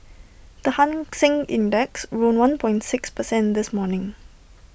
the hang Seng index rose one point six percent this morning